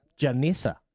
Janessa